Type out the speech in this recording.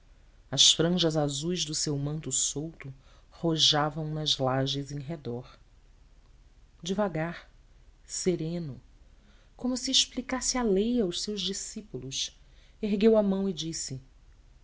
as franjas azuis do seu manto solto rojavam nas lajes em redor devagar sereno como se explicasse a lei aos seus discípulos ergueu a mão e disse